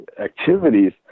activities